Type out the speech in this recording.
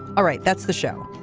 all right. that's the show.